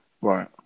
right